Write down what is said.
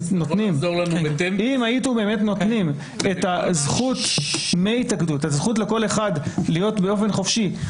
אם היינו נותנים את הזכות לכל אחד להיות באופן חופשי,